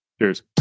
Cheers